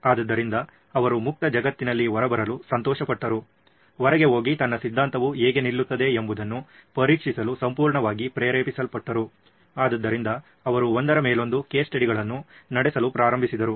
ಆದ್ದರಿಂದ ಅವರು ಮುಕ್ತ ಜಗತ್ತಿನಲ್ಲಿ ಹೊರಬರಲು ಸಂತೋಷಪಟ್ಟುರು ಹೊರಗೆ ಹೋಗಿ ತನ್ನ ಸಿದ್ಧಾಂತವು ಹೇಗೆ ನಿಲ್ಲುತ್ತದೆ ಎಂಬುದನ್ನು ಪರೀಕ್ಷಿಸಲು ಸಂಪೂರ್ಣವಾಗಿ ಪ್ರೇರೇಪಿಸಲ್ಪಟ್ಟರು ಆದ್ದರಿಂದ ಅವರು ಒಂದರ ಮೇಲೊಂದು ಕೇಸ್ ಸ್ಟಡಿಗಳನ್ನು ನಡೆಸಲು ಪ್ರಾರಂಭಿಸಿದರು